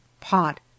pot